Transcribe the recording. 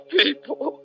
people